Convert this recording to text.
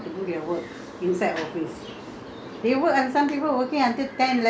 they work until six only cut-off time but after that they still stay on and do their work